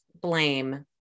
blame